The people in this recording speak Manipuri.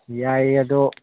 ꯌꯥꯏ ꯑꯗꯣ